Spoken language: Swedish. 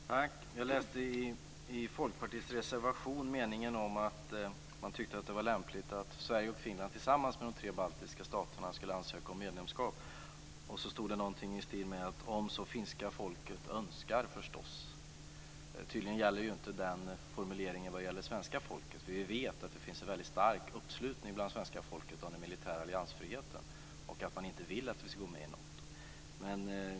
Fru talman! Jag läste i Folkpartiets reservation meningen om att man tycker att det vore lämpligt om Sverige och Finland tillsammans med de tre baltiska staterna skulle ansöka om medlemskap. Så stod det något i stil med: Om finska folket så önskar förstås. Tydligen gäller inte den formuleringen det svenska folket. Vi vet att det finns en väldigt stark uppslutning bland svenska folket bakom den militära alliansfriheten och att man inte vill att vi ska gå med i Nato.